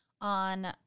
on –